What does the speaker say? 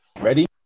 ready